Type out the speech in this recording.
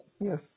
Yes